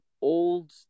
old